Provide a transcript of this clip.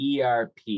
ERP